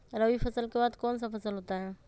रवि फसल के बाद कौन सा फसल होता है?